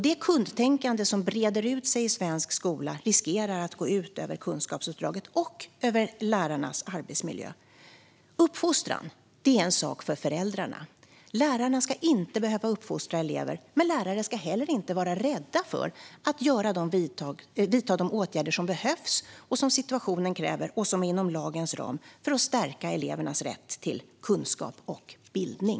Det kundtänkande som breder ut sig i svensk skola riskerar att gå ut över kunskapsuppdraget och över lärarnas arbetsmiljö. Uppfostran är en sak för föräldrarna. Lärarna ska inte behöva uppfostra elever, men de ska heller inte vara rädda för att vidta de åtgärder som behövs, som situationen kräver och som är inom lagens ram för att stärka elevernas rätt till kunskap och bildning.